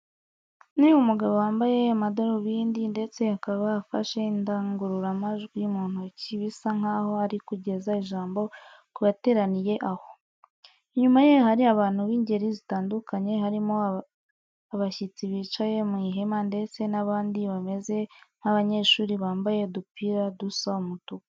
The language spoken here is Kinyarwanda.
Ni umugabo wambaye amadarubindi ndetse akaba afashe indangururamajwi mu ntoki, bisa nkaho ari kugeza ijambo ku bateraniye aho. Inyuma ye hari abantu b'ingeri zitandukanye harimo abashyitsi bicaye mu ihema ndetse n'abandi bameze nk'abanyeshuri bambaye udupira dusa umutuku.